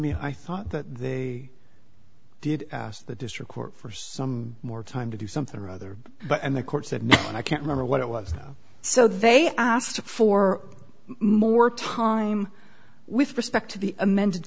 me i thought that they did ask the district court for some more time to do something or other but and the court said no and i can't remember what it was so they asked for more time with respect to the amended